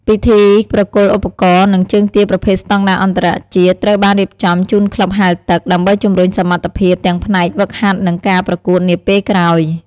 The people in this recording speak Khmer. ពិធីប្រគល់ឧបករណ៍ និងជើងទាប្រភេទស្តង់ដារអន្តរជាតិត្រូវបានរៀបចំជូនក្លឹបហែលទឹក ដើម្បីជម្រុញសមត្ថភាពទាំងផ្នែកហ្វឹកហាត់ និងការប្រកួតនាពេលក្រោយ។